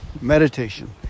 meditation